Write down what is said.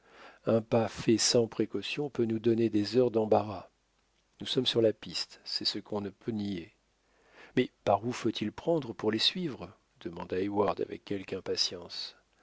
un pas fait sans précaution peut nous donner des heures d'embarras nous sommes sur la piste c'est ce qu'on ne peut nier mais par où faut-il prendre pour les suivre demanda heyward avec quelque impatience